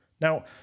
Now